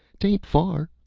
tain't far.